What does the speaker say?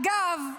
אגב,